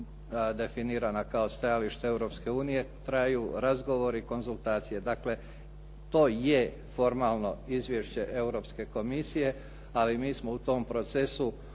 kao stajalište Europske unije, traju razgovori i konzultacije. Dakle, to je formalno izvješće Europske komisije ali mi smo u tom procesu